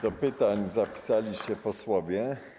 Do pytań zapisali się posłowie.